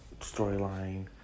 storyline